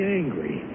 angry